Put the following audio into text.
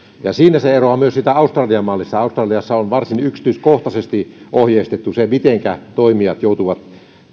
on myös se ero siihen australian malliin että australiassa on varsin yksityiskohtaisesti ohjeistettu se miten toimijat joutuvat